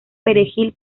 perejil